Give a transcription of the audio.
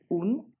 un